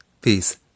Peace